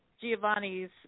Giovanni's